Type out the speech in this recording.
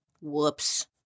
whoops